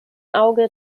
auge